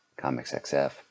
ComicsXF